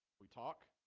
we talk